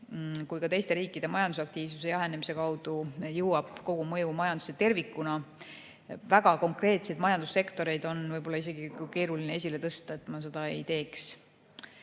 ning teiste riikide majandusaktiivsuse jahenemisena, mille kaudu jõuab kogumõju majandusse tervikuna. Väga konkreetseid majandussektoreid on võib-olla isegi keeruline esile tõsta, nii et seda ma ei teeks.